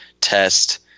test